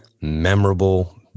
memorable